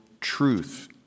truth